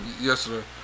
yesterday